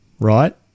Right